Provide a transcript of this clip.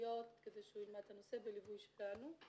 פרטניות כדי שהוא ילמד את הנושא בליווי שלנו.